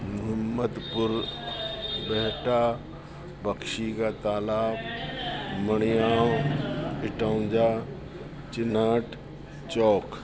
मुहमद पुर बैटा बक्षी का तालाब मणियाव इटौंजा चिनाट चौक